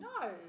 No